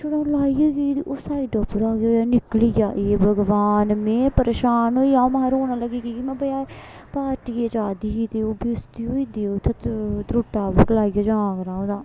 छड़ा लाइयै गेई ते ओह् साइडा उप्परा केह् होएआ निकली गेआ हे भगवान में परेशान होई में रोनां लगी कि के में पार्टिये जा दी ही ते उत्थैं बेस्ती होई जंदी त्रुट्टा बूट लाइयै जां अगर आ'ऊं तां